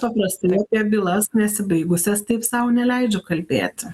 paprastai apie bylas nesibaigusias taip sau neleidžiu kalbėti